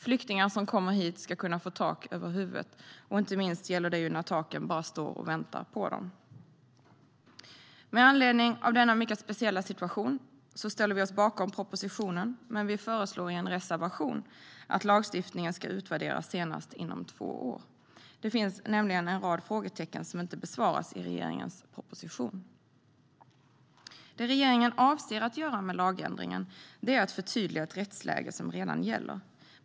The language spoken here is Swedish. Flyktingar som kommer hit ska kunna få tak över huvudet. Inte minst gäller det när taken bara står och väntar på dem. Med anledning av denna mycket speciella situation ställer vi oss bakom propositionen, men vi föreslår i en reservation att lagstiftningen ska utvärderas senast inom två år. Det finns nämligen en rad frågor som inte besvaras i regeringens proposition. Det som regeringen avser att göra med lagändringen är att förtydliga ett rättsläge som redan gäller.